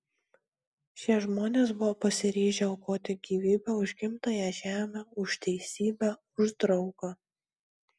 šie žmonės buvo pasiryžę aukoti gyvybę už gimtąją žemę už teisybę už draugą